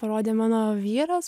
parodė mano vyras